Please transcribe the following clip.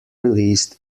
released